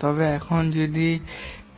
তবে এরপরে যদি